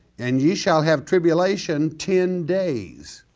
and ye shall have tribulation ten days.